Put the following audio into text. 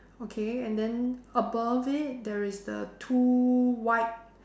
okay and then above it there is the two white